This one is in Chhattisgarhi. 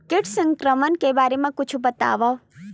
कीट संक्रमण के बारे म कुछु बतावव?